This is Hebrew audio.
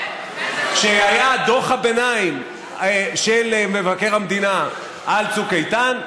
כשהיה דוח הביניים של מבקר המדינה על צוק איתן,